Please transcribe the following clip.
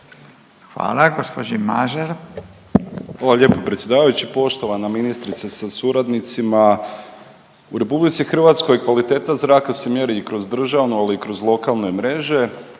**Mažar, Nikola (HDZ)** Hvala lijepo predsjedavajući. Poštovana ministrice sa suradnicima. U RH kvaliteta zraka se mjeri i kroz državnu ali i kroz lokalne mreže.